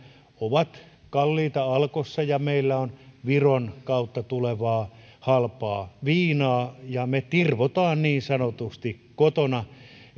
ovat kalliita alkossa ja meillä on viron kautta tulevaa halpaa viinaa ja me tirvotaan niin sanotusti kotona ensin